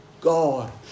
God